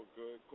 good